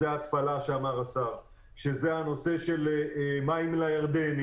התפלה, מים לירדנים